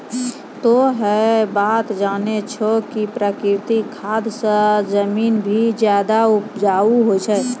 तोह है बात जानै छौ कि प्राकृतिक खाद स जमीन भी ज्यादा उपजाऊ होय छै